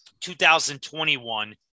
2021